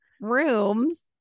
rooms